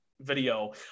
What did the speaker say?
video